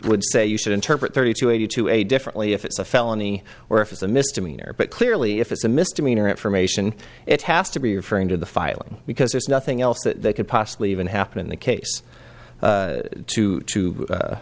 would say you should interpret thirty two eighty two a differently if it's a felony or if it's a misdemeanor but clearly if it's a misdemeanor information it has to be referring to the filing because there's nothing else that could possibly even happen in the case